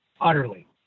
utterly